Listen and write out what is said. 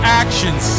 actions